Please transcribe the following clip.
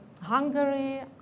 Hungary